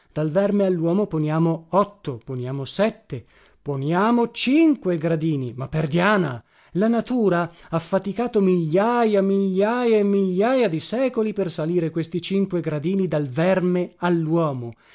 dal verme alluomo poniamo otto poniamo sette poniamo cinque gradini ma perdiana la natura ha faticato migliaja migliaja e migliaja di secoli per salire questi cinque gradini dal verme